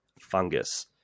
fungus